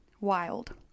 wild